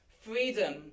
Freedom